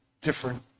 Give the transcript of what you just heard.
different